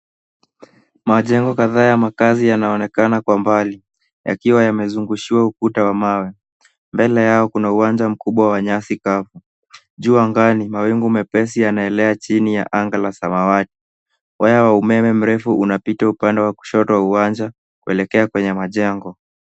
Majengo kadhaa ya makazi yanayoonekana kwa mbali. Yakiwa yamezungushiwa ukuta wa mawe. Mbele yao kuna uwanja mkubwa wa nyasi kavu. Juu angani mawingu mepesi yanaelea chini ya anga la samawati. Waya wa umeme mrefu unapita upande wa kushoto wa uwanja kuelekea kwenye majengo.